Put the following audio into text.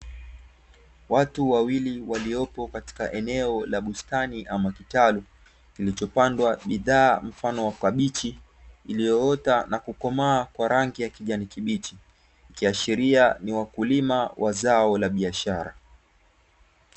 Watu wawili waliopo katika eneo la bustani ama kitalu, kilichopandwa bidhaa mfano wa kabichi iliyoota na kukomaa kwa rangi ya kijani kibichi, ikiashiria ni wakulima wa zao la biashara.